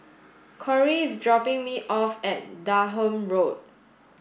Corie is dropping me off at Durham Road